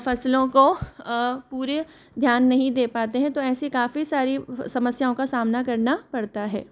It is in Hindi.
फसलों को पूरे ध्यान नहीं दे पाते हैं तो ऐसी काई सारी समस्याओं का सामना करना पड़ता है